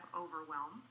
overwhelm